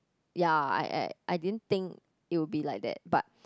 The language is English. ya I at I didn't think it will be like that but